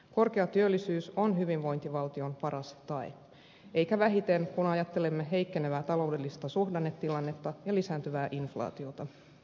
korkea työllisyys on hyvinvointivaltion paras tae eikä vähiten kun ajattelemme heikkenevää taloudellista suhdannetilannetta ja lisääntyvää inflaatiota